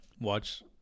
watch